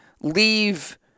leave